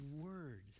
word